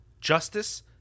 justice